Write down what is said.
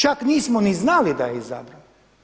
Čak nismo niti znali da je izabran.